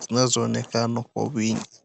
zinazo onekana kwa wingi.